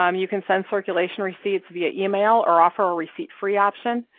um you can send circulation receipts via email or offer a receipt-free option,